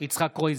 יצחק קרויזר,